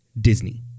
Disney